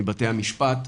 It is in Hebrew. מבתי המשפט,